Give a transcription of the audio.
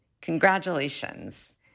Congratulations